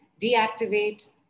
deactivate